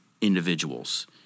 individuals